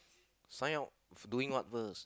sign up doing what first